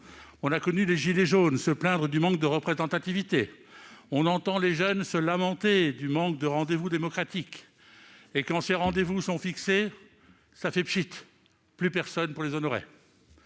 On a vu les « gilets jaunes » se plaindre du manque de représentativité ; on entend les jeunes se lamenter du manque de rendez-vous démocratiques, mais quand ces rendez-vous sont fixés, cela fait « pschitt !», il n'y a plus personne pour les honorer.